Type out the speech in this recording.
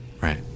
Right